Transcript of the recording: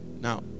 Now